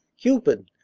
cupid,